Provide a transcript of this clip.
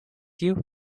you